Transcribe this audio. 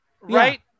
right